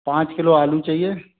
पाँच किलो आलू चाहिए